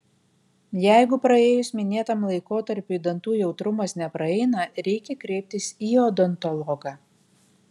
jeigu praėjus minėtam laikotarpiui dantų jautrumas nepraeina reikia kreiptis į odontologą